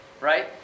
right